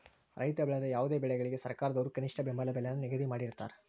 ರೈತ ಬೆಳೆದ ಯಾವುದೇ ಬೆಳೆಗಳಿಗೆ ಸರ್ಕಾರದವ್ರು ಕನಿಷ್ಠ ಬೆಂಬಲ ಬೆಲೆ ನ ನಿಗದಿ ಮಾಡಿರ್ತಾರ